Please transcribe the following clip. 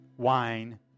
Wine